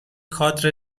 کادر